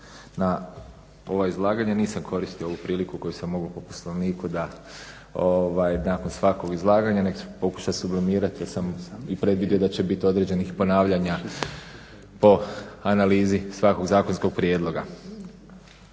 na ova izlaganja. Nisam koristio ovu priliku koju sam mogao po Poslovniku nakon svakog izlaganja nego pokušati sublimirati jer sam i predvidio da će bit određenih ponavljanja po analizi svakog zakonskog prijedloga.